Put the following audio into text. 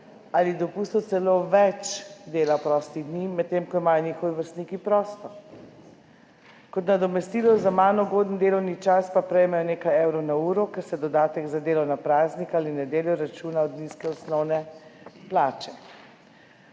ali dopustov celo več dela prostih dni, medtem ko imajo njihovi vrstniki prosto? Kot nadomestilo za manj ugoden delovni čas pa prejmejo nekaj evrov na uro, ker se dodatek za delo na praznik ali nedeljo računa od nizke osnovne plače.